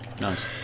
Nice